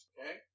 Okay